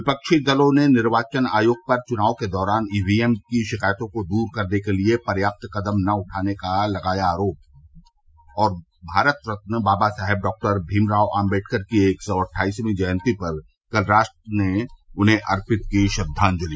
विपक्षी दलों ने निर्वाचन आयोग पर चुनाव के दौरान ईवीएम की शिकायतों को दूर करने के लिए पर्याप्त कदम नही उठाने का लगाया आरोप भारत रत्न बाबा साहब डॉक्टर भीमराव आम्बेडकर की एक सौ अट्ठाईसवीं जयंती पर कल राष्ट्र ने उन्हें अर्पित की श्रद्वांजलि